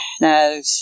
no